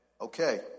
Okay